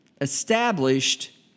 established